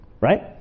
Right